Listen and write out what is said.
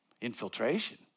infiltration